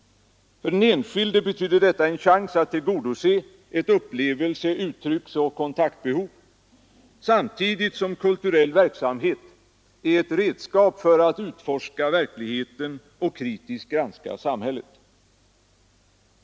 För den enskilde betyder detta en chans att tillgodose ett upplevelse-, uttrycksoch kontaktbehov, samtidigt som kulturell verksamhet är ett redskap för att utforska verkligheten och kritiskt granska samhället.